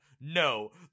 No